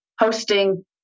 hosting